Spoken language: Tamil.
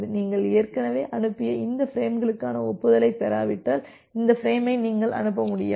நீங்கள் ஏற்கனவே அனுப்பிய இந்த பிரேம்களுக்கான ஒப்புதலைப் பெறாவிட்டால் இந்த ஃபிரேமை நீங்கள் அனுப்ப முடியாது